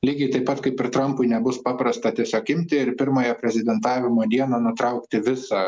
lygiai taip pat kaip ir trampui nebus paprasta tiesiog imti ir pirmąją prezidentavimo dieną nutraukti visą